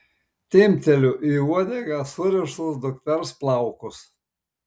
timpteliu į uodegą surištus dukters plaukus